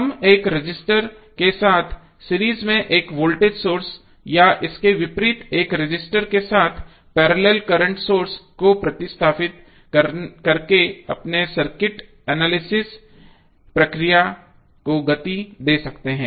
हम एक रजिस्टर के साथ सीरीज में एक वोल्टेज सोर्स या इसके विपरीत एक रजिस्टर के साथ पैरेलल करंट सोर्स को प्रतिस्थापित करके आप सर्किट एनालिसिस प्रक्रिया को गति दे सकते हैं